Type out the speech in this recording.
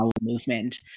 movement